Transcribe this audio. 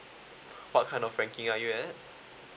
what kind of ranking you are you at